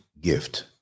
gift